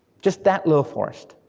just that little forest.